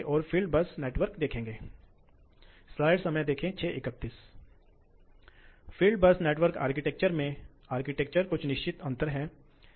तो हमारे पास 326 हॉर्स पावर लोड के लिए औसत हॉर्स पावर की आवश्यकता और पंप सही है